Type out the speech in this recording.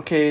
okay